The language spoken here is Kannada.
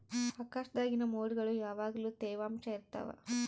ಆಕಾಶ್ದಾಗಿನ ಮೊಡ್ಗುಳು ಯಾವಗ್ಲು ತ್ಯವಾಂಶ ಇರ್ತವ